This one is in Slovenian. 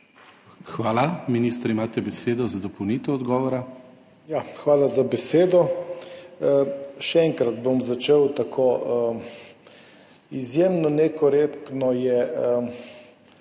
Hvala. Minister, imate besedo za dopolnitev odgovora.